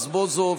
יואל רזבוזוב,